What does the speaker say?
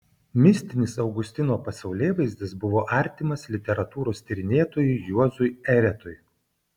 mistinis augustino pasaulėvaizdis buvo artimas literatūros tyrinėtojui juozui eretui